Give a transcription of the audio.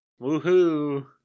Woohoo